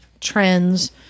trends